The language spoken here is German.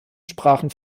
sprachen